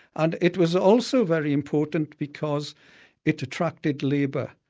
and it was also very important because it attracted labour,